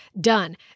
done